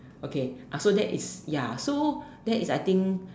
okay after that is ya so that is I think